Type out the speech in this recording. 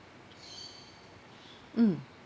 mm